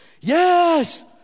Yes